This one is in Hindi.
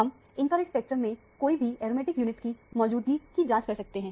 हम इंफ्रारेड स्पेक्ट्रम में कोई भी एरोमेटिक यूनिट की मौजूदगी की जांच कर सकते हैं